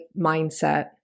mindset